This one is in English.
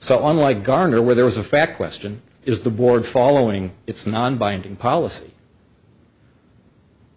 so unlike garner where there is a fact weston is the board following its non binding policy